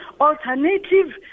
alternative